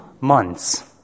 months